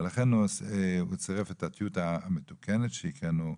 ולכן הוא צירף את הטיוטה המתוקנת שהקראנו קודם,